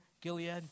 Gilead